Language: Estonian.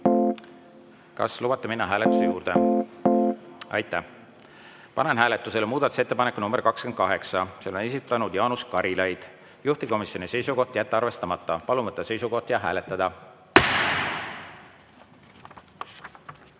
Kas lubate minna hääletuse juurde? (Saal on nõus.) Aitäh! Panen hääletusele muudatusettepaneku nr 28. Selle on esitanud Jaanus Karilaid, juhtivkomisjoni seisukoht: jätta arvestamata. Palun võtta seisukoht ja hääletada!